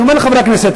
ואני אומר לחברי הכנסת,